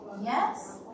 Yes